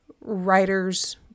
writer's